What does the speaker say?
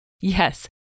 Yes